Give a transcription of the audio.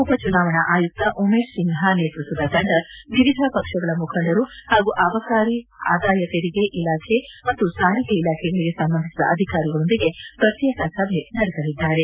ಉಪ ಚುನಾವಣಾ ಆಯುಕ್ತ ಉಮೇಶ್ ಸಿನ್ನಾ ನೇತ್ಪತ್ತದ ತಂಡ ವಿವಿದ ಪಕ್ಷಗಳ ಮುಖಂಡರು ಹಾಗೂ ಅಬಕಾರಿ ಆದಾಯ ತೆರಿಗೆ ಇಲಾಖೆ ಮತ್ತು ಸಾರಿಗೆ ಇಲಾಖೆಗಳಿಗೆ ಸಂಬಂಧಿಸಿದ ಅಧಿಕಾರಿಗಳೊಂದಿಗೆ ಪ್ರತ್ತೇಕ ಸಭೆ ನಡೆಸಲಿದ್ದಾರೆ